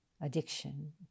addiction